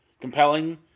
compelling